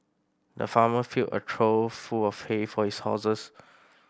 the farmer filled a trough full of hay for his horses